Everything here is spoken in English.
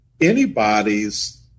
anybody's